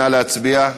נא להצביע.